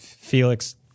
Felix